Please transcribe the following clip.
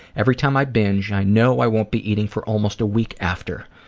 every time i binge, i know i won't be eating for almost a week after.